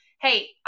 Hey